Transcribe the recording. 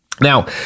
Now